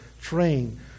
train